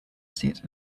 set